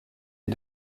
est